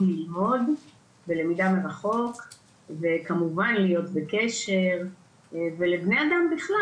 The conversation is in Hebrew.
ללמוד בלמידה מרחוק וכמובן להיות בקשר ולבני אדם בכלל,